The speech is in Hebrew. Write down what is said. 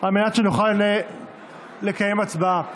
על מנת שנוכל לקיים הצבעה.